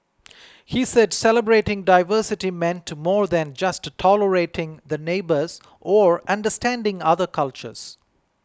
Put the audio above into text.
he said celebrating diversity meant to more than just tolerating the neighbours or understanding other cultures